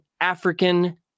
African